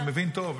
אני מבין טוב.